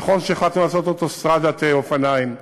נכון שהחלטנו לעשות אוטוסטרדת אופניים,